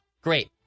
Great